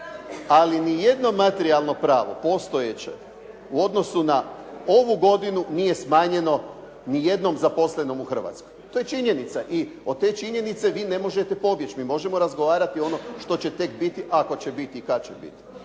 ali ni jedno materijalno pravo postojeće u odnosu na ovu godinu nije smanjeno ni jednom zaposlenom u Hrvatskoj. To je činjenica i od te činjenice vi ne možete pobjeći. Mi možemo razgovarati ono što će tek biti, ako će biti i kada će biti.